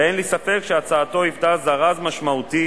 ואין לי ספק שהצעתו היוותה זרז משמעותי